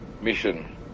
mission